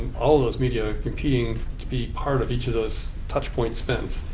all of those media competing to be part of each of those touchpoint spends.